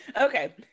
Okay